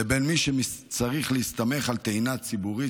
לבין מי שצריך להסתמך על טעינה ציבורית,